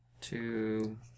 Two